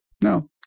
No